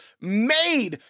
made